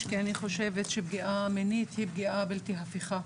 כי פגיעה מינית היא פגיעה בלתי הפיכה.